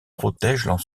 protègent